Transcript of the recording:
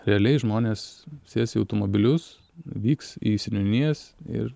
realiai žmonės sės į automobilius vyks į seniūnijas ir